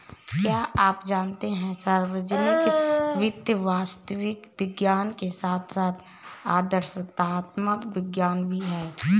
क्या आप जानते है सार्वजनिक वित्त वास्तविक विज्ञान के साथ साथ आदर्शात्मक विज्ञान भी है?